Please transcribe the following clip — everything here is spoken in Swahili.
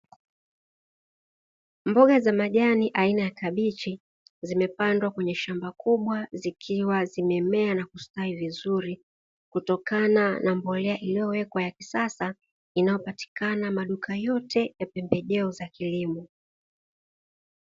Mboga za majani aina ya kabichi zimepandwa kwenye shamba kubwa zikiwa zimemea na kustawi vizuri, kutokana na mbolea iliyowekwa ya kisasa, inayopatikana maduka yote ya pembejeo za kilimo.